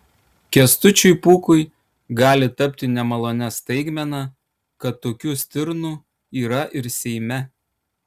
kęstučiui pūkui gali tapti nemalonia staigmena kad tokių stirnų yra ir seime